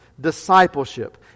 discipleship